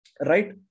Right